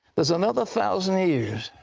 there's another thousand years,